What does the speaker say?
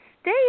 stay